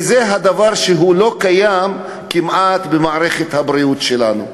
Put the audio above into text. וזה דבר שכמעט לא קיים במערכת הבריאות שלנו.